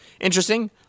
interesting